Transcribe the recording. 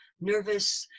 nervous